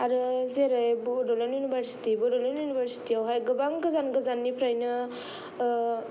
आरो जेरै बड'लेण्ड इउनिभारसिटी बड'लेण्ड इउनिभारसिटीयावहाय गोबां गोजान गोजाननिफायनो